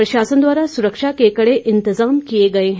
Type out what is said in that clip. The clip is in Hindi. प्रशासन द्वारा सुरक्षा के कड़े इंतजाम किए गए हैं